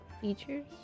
features